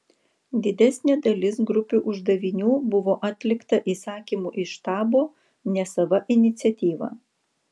didesnė dalis grupių uždavinių buvo atlikta įsakymu iš štabo ne sava iniciatyva